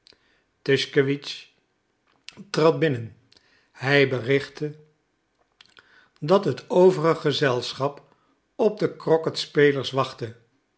tuschkewitsch trad binnen hij berichtte dat het overig gezelschap op de crocketspelers wachtte